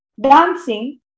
dancing